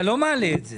אתה לא מעלה את זה.